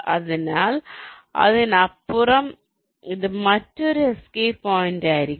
അതിനാൽ അതിനപ്പുറം ഇത് മറ്റൊരു എസ്കേപ്പ് പോയിന്റായിരിക്കും